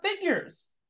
figures